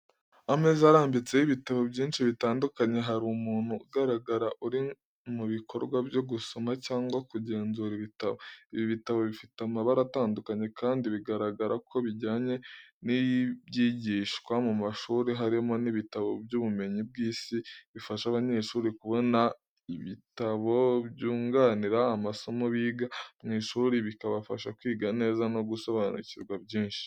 Ameza arambitseho ibitabo byinshi bitandukanye. Hariho umuntu ugaragara uri mu bikorwa byo gusoma cyangwa kugenzura igitabo. Ibi bitabo bifite amabara atandukanye kandi bigaragara ko bijyanye n’ibyigishwa mu mashuri harimo n’ibitabo by’ubumenyi bw’isi. Bifasha abanyeshuri kubona ibitabo byunganira amasomo biga mu ishuri bikabafasha kwiga neza no gusobanukirwa byinshi.